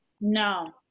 No